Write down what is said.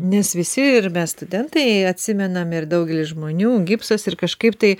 nes visi ir mes studentai atsimenam ir daugelį žmonių gipsas ir kažkaip tai